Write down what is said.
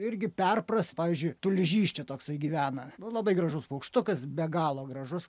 irgi perprasi pavyzdžiui tulžys čia toksai gyvena nu labai gražus paukštukas be galo gražus